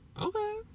okay